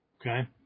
Okay